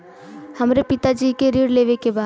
हमरे पिता जी के ऋण लेवे के बा?